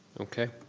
okay.